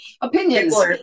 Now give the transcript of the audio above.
opinions